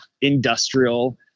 industrial